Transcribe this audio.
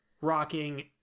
Rocking